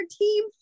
team